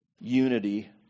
unity